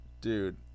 dude